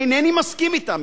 אינני מסכים אתם